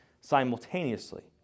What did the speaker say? simultaneously